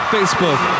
Facebook